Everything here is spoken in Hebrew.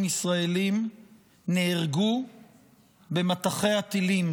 ישראלים נהרגו במטחי הטילים